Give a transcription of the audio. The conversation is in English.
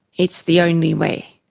it's the only way.